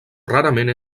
rarament